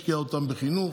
השקיעה אותו בחינוך,